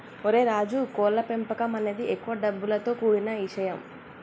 ఓరై రాజు కోళ్ల పెంపకం అనేది ఎక్కువ డబ్బులతో కూడిన ఇషయం